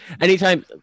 anytime